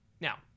Now